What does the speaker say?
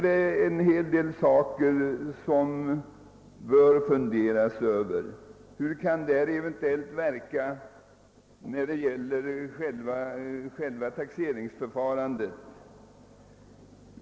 Det finns flera frågeställningar i detta sammanhang: Hur påverkas själva taxeringsförfarandet?